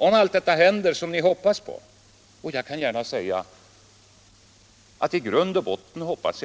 Om allt detta händer som ni hoppas på — i grund och botten hoppas